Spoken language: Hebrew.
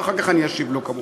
ואחר כך אשיב לו כמובן.